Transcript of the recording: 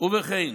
ובכן,